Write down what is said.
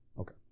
Okay